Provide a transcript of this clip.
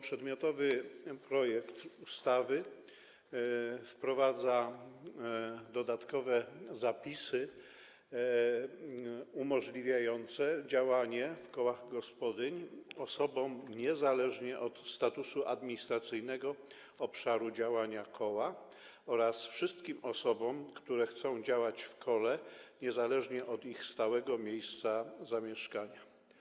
Przedmiotowy projekt ustawy wprowadza dodatkowe zapisy umożliwiające działanie w kołach gospodyń osobom niezależnie od statusu administracyjnego obszaru działania koła oraz wszystkim osobom, które chcą działać w kole niezależnie od ich stałego miejsca zamieszkania.